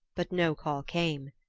but no call came.